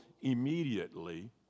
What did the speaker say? immediately